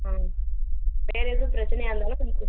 ஆ வேறு எதுவும் பிரச்சனையாக இருந்தாலும்